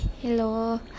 hello